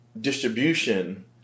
distribution